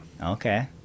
okay